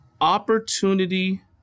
opportunity